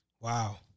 Wow